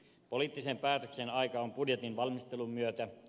poliittisen päätöksen aika on budjetin valmistelun myötä